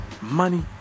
money